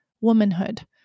womanhood